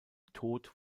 tod